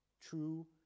true